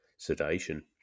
sedation